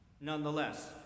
Nonetheless